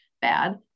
bad